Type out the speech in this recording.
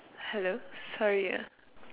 hello sorry ah